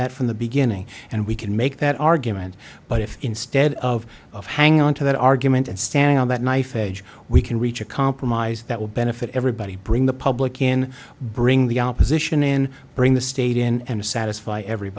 that from the beginning and we can make that argument but if instead of of hanging on to that argument and standing on that knife edge we can reach a compromise that will benefit everybody bring the public in bring the opposition in bring the state in and satisfy